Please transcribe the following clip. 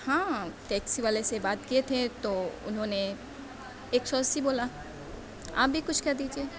ہاں ٹیکسی والے سے بات کئے تھے تو اُنہوں نے ایک سو اَسی بولا آپ بھی کچھ کر دیجئے